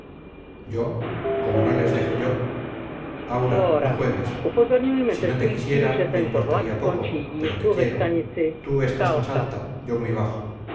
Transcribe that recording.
yo como no les deje yo aura no juegues si no te quisiera me importaría poco pero te quiero tú estás muy alta yo muy bajo